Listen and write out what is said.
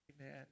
Amen